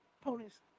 ponies